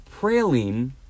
praline